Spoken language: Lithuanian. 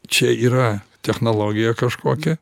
čia yra technologija kažkokia